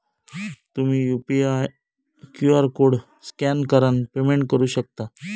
तुम्ही UPI QR code scan करान payment करू शकता